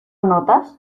notas